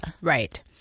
Right